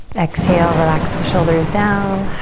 exhale, relax the shoulders down.